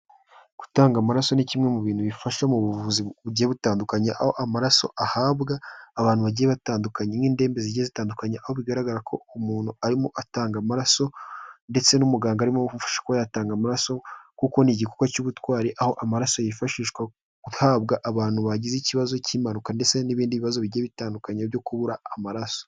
Gutanga amaraso ni kimwe mu bintu bifasha mu buvuzi bugiye butandukanye, aho amaraso ahabwa abantu bagiye batandukanye nk'indembe zigiye zitandukanye, aho bigaragara ko umuntu arimo atanga amaraso ndetse n'umuganga arimo kumufasha kuba yatanga amaraso kuko ni igikorwa cy'ubutwari, aho amaraso yifashishwa ahabwa abantu bagize ikibazo cy'impanuka ndetse n'ibindi bibazo bigiye bitandukanye byo kubura amaraso.